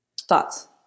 Thoughts